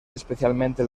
especialmente